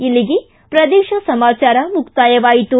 ಇಲ್ಲಿಗೆ ಪ್ರದೇಶ ಸಮಾಚಾರ ಮುಕ್ತಾಯವಾಯಿತು